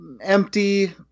empty